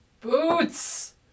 Boots